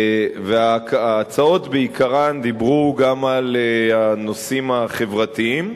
ההצעות בעיקרן דיברו גם על הנושאים החברתיים,